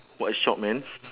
what a shock man